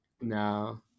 No